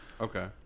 Okay